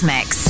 Mix